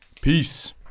Peace